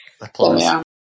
applause